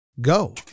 Go